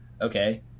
Okay